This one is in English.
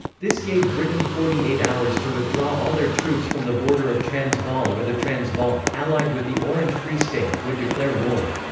this gave britain forty eight hours to withdraw all their troops from the border of transvaal or the transvaal, allied with the orange free state, would declare war.